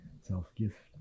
self-gift